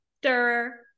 stir